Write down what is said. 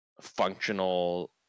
functional